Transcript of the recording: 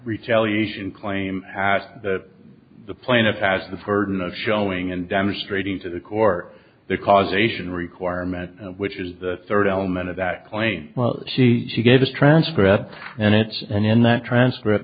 retaliation claim that the plaintiff as the for not showing and demonstrating to the court the causation requirement which is the third element of that claim well she she gave this transcript and it and in that transcript